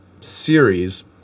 series